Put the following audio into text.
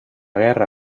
guerra